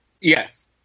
Yes